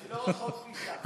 אני לא רחוק משם.